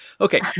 Okay